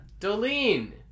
Dolene